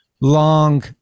long